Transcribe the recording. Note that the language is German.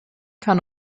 kann